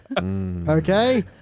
Okay